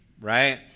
right